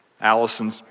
Allison